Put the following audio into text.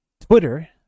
Twitter